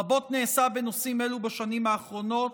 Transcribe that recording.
רבות נעשה בנושאים אלו בשנים האחרונות,